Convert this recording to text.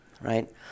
right